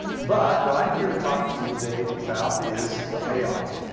but what i'm here to talk to you today about is the payoff,